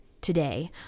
today